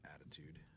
attitude